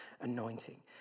anointing